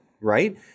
right